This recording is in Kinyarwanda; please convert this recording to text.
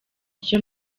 icyo